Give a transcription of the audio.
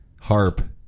harp